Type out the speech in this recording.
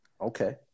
Okay